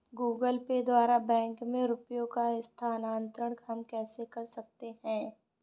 Google Pay द्वारा bank में रुपयों का स्थानांतरण हम कैसे कर सकते हैं?